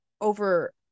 over